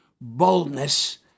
boldness